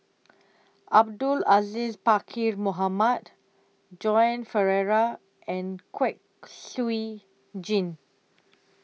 Abdul Aziz Pakkeer Mohamed Joan Pereira and Kwek Siew Jin